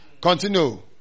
continue